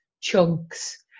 chunks